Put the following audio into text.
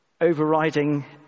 overriding